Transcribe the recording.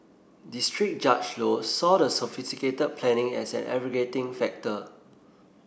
district Judge Low saw the sophisticated planning as an aggravating factor